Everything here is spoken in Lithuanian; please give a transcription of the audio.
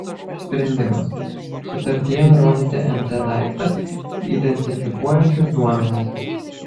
sprendimas sutartyje nurodyti nt daiktą identifikuojančius duomenis